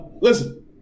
listen